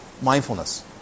mindfulness